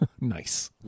Nice